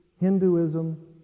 Hinduism